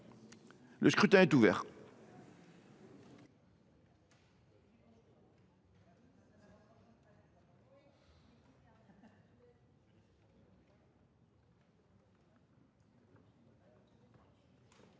Le scrutin est ouvert.